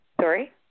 sorry